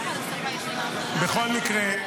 בכל מקרה,